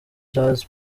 jazz